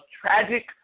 tragic